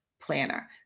Planner